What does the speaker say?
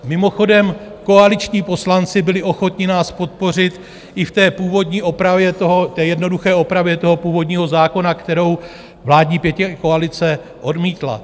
Mimochodem, koaliční poslanci byli ochotni nás podpořit i v té původní jednoduché opravě původního zákona, kterou vládní pětikoalice odmítla.